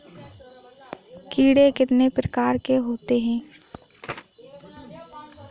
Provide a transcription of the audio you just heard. कीड़े कितने प्रकार के होते हैं?